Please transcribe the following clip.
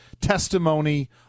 testimony